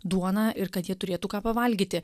duona ir kad jie turėtų ką pavalgyti